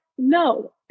No